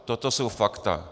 Toto jsou fakta.